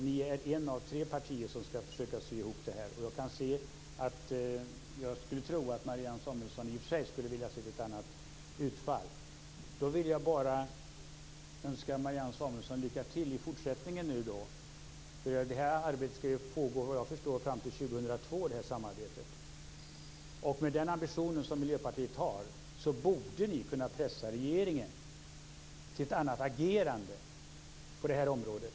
Ni är ett av tre partier som ska försöka att sy ihop detta. Jag skulle tro att Marianne Samuelsson i och för sig skulle ha velat se ett annat utfall. Då vill jag bara önska Marianne Samuelsson lycka till i fortsättningen. Såvitt jag förstår ska samarbetet pågå fram till 2002. Med den ambition som Miljöpartiet har borde ni kunna pressa regeringen till ett annat agerande på detta område.